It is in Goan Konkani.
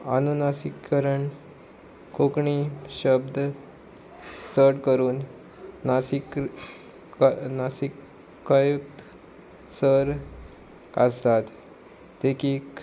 अनुनासीकरण कोंकणी शब्द चड करून नासीक नासिकयत सर आसतात देखीक